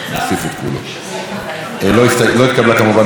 ההסתייגות לא נתקבלה, כמובן.